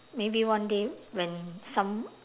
maybe one day when some